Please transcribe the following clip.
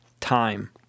time